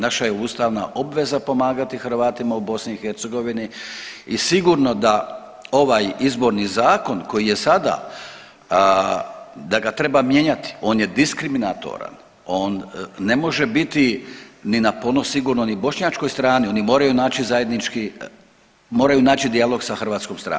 Naša je ustavna obveza pomagati Hrvatima u BiH i sigurno da ovaj izborni zakon koji je sada, da ga treba mijenjati, on je diskriminatoran, on ne može biti ni na ponos sigurno ni bošnjačkoj strani, oni moraju naći zajednički, moraju naći dijalog sa hrvatskom stranom.